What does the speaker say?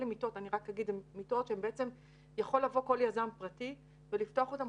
אלה מיטות שיכול לבוא כל יזם פרטי ולפתוח אותן.